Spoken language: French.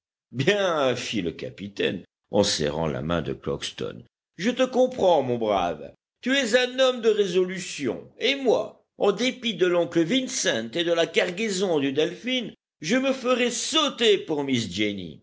bien fit le capitaine en serrant la main de crockston je te comprends mon brave tu es un homme de résolution et moi en dépit de l'oncle vincent et de la cargaison du delphin je me ferais sauter pour miss jenny